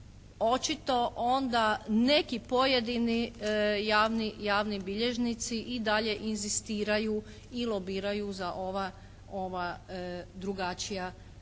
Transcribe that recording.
očito onda neki pojedini javni bilježnici i dalje inzistiraju i lobiraju za ova drugačija